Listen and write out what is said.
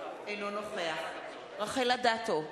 אינו נוכח רחל אדטו,